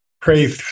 pray